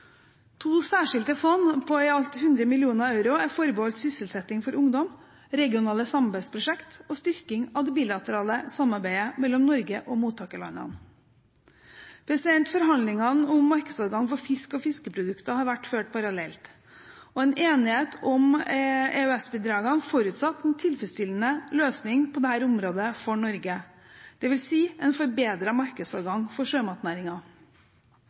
To særskilte fond på i alt 100 mill. euro er forbeholdt sysselsetting for ungdom, regionale samarbeidsprosjekt og styrking av det bilaterale samarbeidet mellom Norge og mottakerlandene. Forhandlingene om markedsadgang for fisk og fiskeprodukter har vært ført parallelt, og en enighet om EØS-bidragene forutsatte en tilfredsstillende løsning på dette området for Norge, dvs. en forbedret markedsadgang for